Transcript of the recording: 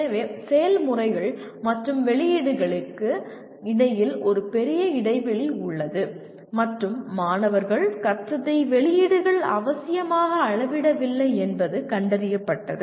எனவே செயல்முறைகள் மற்றும் வெளியீடுகளுக்கு இடையில் ஒரு பெரிய இடைவெளி உள்ளது மற்றும் மாணவர்கள் கற்றதை வெளியீடுகள் அவசியமாக அளவிடவில்லை என்பது கண்டறியப்பட்டது